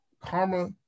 karma